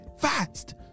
fast